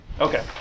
Okay